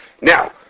Now